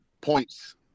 points